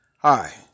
Hi